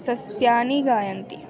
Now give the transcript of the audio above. सस्यानि गायन्ति